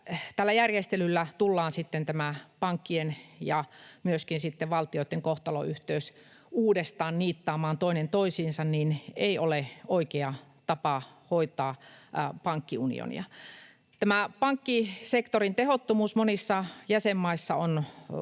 tällä järjestelyllä tullaan pankkien ja myöskin valtioitten kohtalonyhteys uudestaan niittaamaan toinen toisiinsa, ei ole oikea tapa hoitaa pankkiunionia. Pankkisektorin tehottomuus monissa jäsenmaissa on